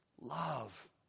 Love